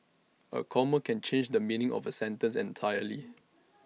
A comma can change the meaning of A sentence entirely